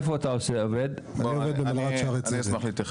אני עובד במלר"ד שערי צדק.